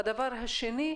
הדבר השני,